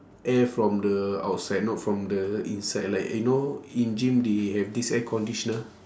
air from the outside not from the inside like you know in gym they have this air conditioner